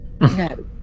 no